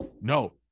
no